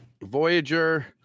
voyager